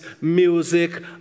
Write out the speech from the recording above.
music